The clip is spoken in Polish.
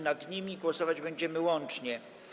Nad nimi głosować będziemy łącznie.